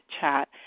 chat